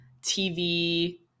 TV